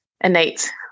innate